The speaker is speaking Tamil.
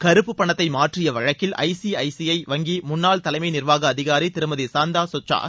கருப்பு பணத்தை மாற்றிய வழக்கில் ஐசிஐசிஐ வங்கி முன்னாள் தலைமை நிர்வாக அதிகாரி திருமதி சந்தா கொக்சார்